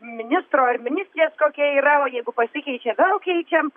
ministro ar ministrės kokia yra o jeigu pasikeičia vėl keičiam